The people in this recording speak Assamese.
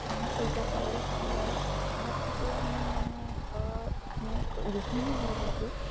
কাম কৰিব পাৰোঁ ঘৰৰ ঘৰত থাকিয়ে আমি মানে ঘৰৰ আমি গৃহিণী হৈ মেলি